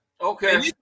Okay